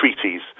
treaties